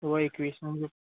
हो एकवीस मग